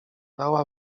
dała